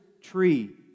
tree